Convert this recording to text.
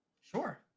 Sure